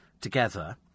together